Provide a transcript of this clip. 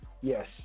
Yes